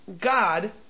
God